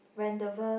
Rendezvous